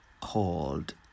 called